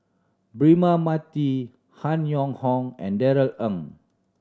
Braema Mathi Han Yong Hong and Darrell Ang